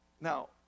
Now